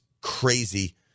crazy